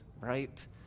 right